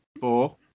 Four